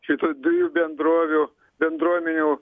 kitų dviejų bendrovių bendruomenių